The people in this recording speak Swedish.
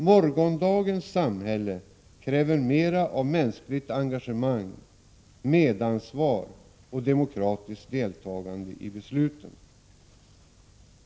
Morgondagens samhälle kräver mera av mänskligt engagemang, medansvar och demokratiskt deltagande i besluten.